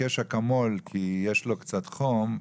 כמה זמן לוקח לו עד שאתם מאשרים באמת שהוא קיבל,